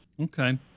Okay